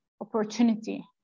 opportunity